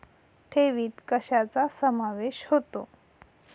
ठेवीत कशाचा समावेश होतो?